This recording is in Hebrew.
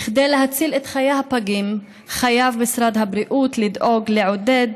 כדי להציל את חיי הפגים חייב משרד הבריאות לדאוג לעודד